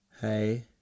hey